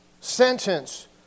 sentence